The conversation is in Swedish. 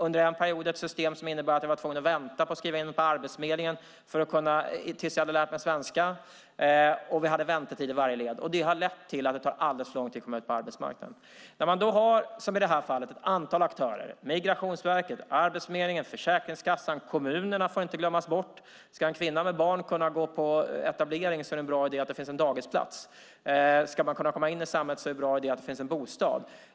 Under en period hade vi ett system som innebar att man var tvungen att vänta på att skriva in sig på Arbetsförmedlingen tills man hade lärt sig svenska. Vi hade väntetider i varje led. Det har lett till att det tar alldeles för lång tid att komma in på arbetsmarknaden. I det här fallet har vi ett antal aktörer, Migrationsverket, Arbetsförmedlingen, Försäkringskassan och kommunerna. Kommunerna får inte glömmas bort. Ska en kvinna med barn kunna gå på etablering är det en bra idé att det finns en dagisplats. Ska man kunna komma in i samhället är det en bra idé att det finns en bostad.